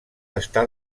està